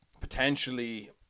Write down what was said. potentially